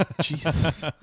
Jesus